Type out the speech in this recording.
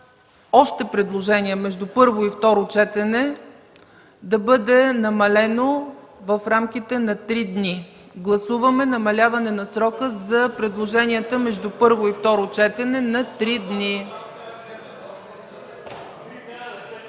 още предложения между първо и второ четене да бъде намалено в рамките на три дни. Гласуваме намаляване на срока за предложенията между първо и второ четене на три дни.